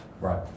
right